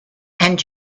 and